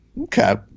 Okay